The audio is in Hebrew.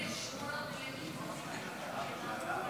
הסתייגות 12 לא נתקבלה.